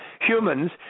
humans